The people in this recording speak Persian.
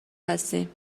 هستیم